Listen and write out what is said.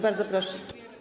Bardzo proszę.